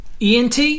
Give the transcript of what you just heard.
ENT